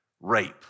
rape